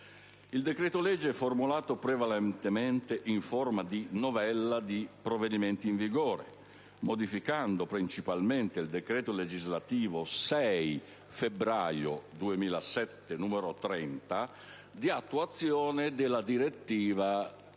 Il decreto-legge, formulato prevalentemente in forma di novella di provvedimenti in vigore, modifica principalmente il decreto legislativo 6 febbraio 2007, n. 30, di attuazione della direttiva